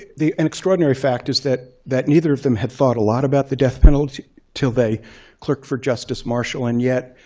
an extraordinary fact is that that neither of them had thought a lot about the death penalty till they clerked for justice marshall. and yet,